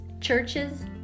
churches